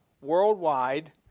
worldwide